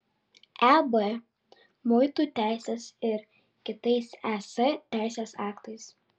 eb muitų teisės ir kitais es teisės aktais